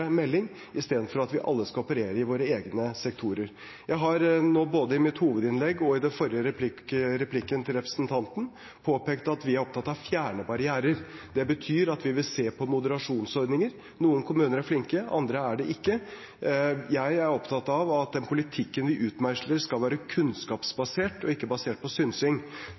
melding, i stedet for at vi alle skal operere i våre egne sektorer. Jeg har både i mitt hovedinnlegg og i den forrige replikken til representanten påpekt at vi er opptatt av å fjerne barrierer. Det betyr at vi vil se på moderasjonsordninger. Noen kommuner er flinke, andre er det ikke. Jeg er opptatt av at den politikken vi utmeisler, skal være kunnskapsbasert og ikke basert på synsing.